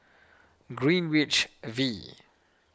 Greenwich V